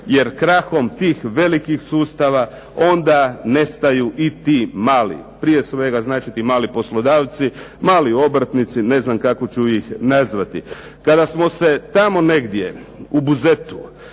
Jer krahom tih velikih sustava onda nestaju i mali, prije svega ti mali poslodavci, mali obrtnici, ne znam kako ću ih nazvati. Kada smo se tamo negdje u Buzetu,